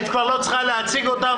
את לא צריכה להציג אותן,